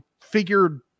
figured